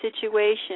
situation